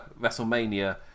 WrestleMania